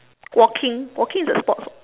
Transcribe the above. walking walking is a sports [what]